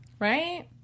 right